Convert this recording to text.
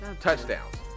touchdowns